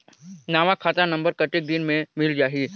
नवा खाता नंबर कतेक दिन मे मिल जाही?